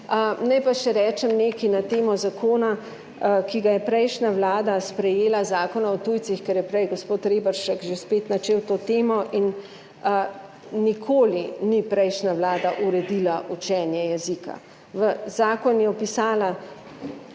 Naj pa še rečem nekaj na temo zakona, ki ga je prejšnja vlada sprejela, Zakona o tujcih, ker je prej gospod Reberšek že spet načel to temo. Nikoli ni prejšnja vlada uredila učenja jezika. V zakon je vpisala